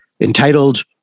entitled